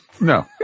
No